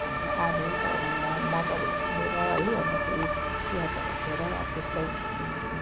हामीले आलु र मटर उसिनेर है अन्तखेरि प्याजहेरू हालेर त्यसलाई